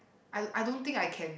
I I don't think I can